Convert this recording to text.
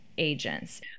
agents